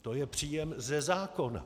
To je příjem ze zákona.